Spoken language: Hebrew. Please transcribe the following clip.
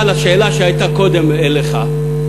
אבל השאלה שהייתה קודם אליך,